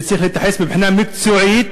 שצריך להתייחס מבחינה מקצועית,